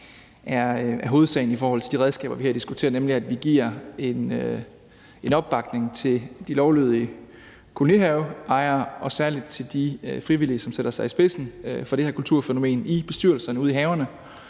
er hovedsagen i forhold til de redskaber, vi har diskuteret, nemlig at vi giver en opbakning til de lovlydige kolonihaveejere og særlig til de frivillige, som sætter sig i spidsen for det her kulturfænomen i bestyrelserne ude i haverne.